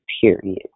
period